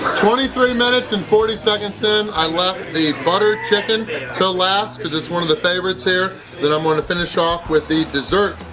twenty three minutes and forty seconds in i left the butter chicken to last because it's one of the favorites here that i'm going to finish off with the dessert,